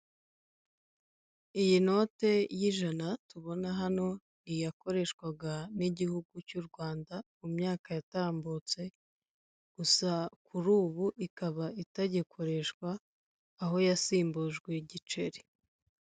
Iyi note y'ijana tubona hano yakoreshwaga n'igihugu cy'u Rwanda mu myaka yatambutse, gusa kuri ubu ikaba itagikoreshwa, aho yasimbujwe igiceri.